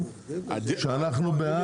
שאנחנו בעד.